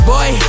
Boy